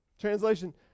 Translation